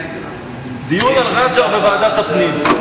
דיון על רג'ר בוועדת הפנים.